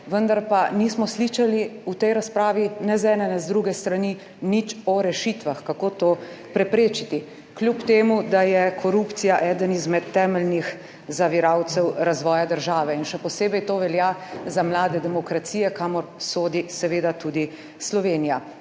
vendar pa nismo slišali v tej razpravi, ne z ene, ne z druge strani, nič o rešitvah, kako to preprečiti, kljub temu, da je korupcija eden izmed temeljnih zaviralcev razvoja države in še posebej to velja za mlade demokracije, kamor sodi seveda tudi Slovenija.